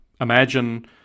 Imagine